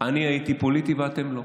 אני הייתי פוליטי ואתם לא.